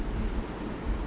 mm